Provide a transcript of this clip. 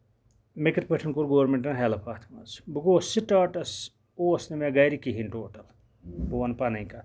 مےٚ کِتھ پٲٹھۍ کوٚر گورمنٹَن ہیلٔپ اَتھ منٛز بہٕ گووُس سٹاٹَس اوس نہٕ مےٚ گرِ کِہِنۍ ٹوٹل بہٕ وَنہٕ پَنٕنۍ کتھ